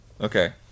Okay